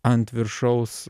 ant viršaus